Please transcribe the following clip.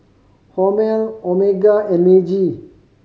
Hormel Omega and Meiji